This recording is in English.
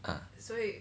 ah